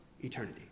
eternity